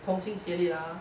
同心协力 ah